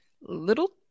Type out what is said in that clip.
little